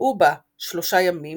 שהו שם שלושה ימים,